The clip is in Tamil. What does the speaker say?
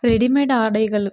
ரெடிமேட் ஆடைகள்